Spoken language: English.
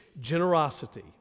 generosity